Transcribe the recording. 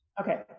Okay